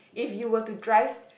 if you were to drive